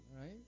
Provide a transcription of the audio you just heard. right